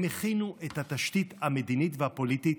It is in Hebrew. הם הכינו את התשתית המדינית והפוליטית